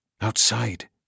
Outside